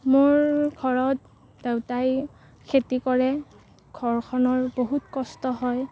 মোৰ ঘৰত দেউতাই খেতি কৰে ঘৰখনৰ বহুত কষ্ট হয়